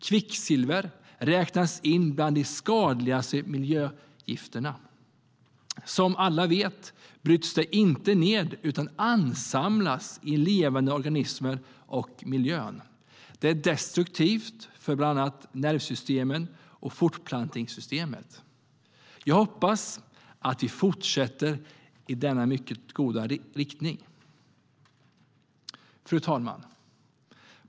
Kvicksilver räknas in bland de skadligaste miljögifterna. Som alla vet bryts kvicksilver inte ned utan ansamlas i levande organismer och i miljön. Det är destruktivt för bland annat nervsystemet och fortplantningssystemet. Jag hoppas att vi fortsätter i denna mycket goda riktning. Fru talman!